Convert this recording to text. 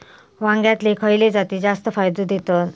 वांग्यातले खयले जाती जास्त फायदो देतत?